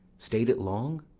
stay'd it long?